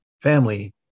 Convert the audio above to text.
family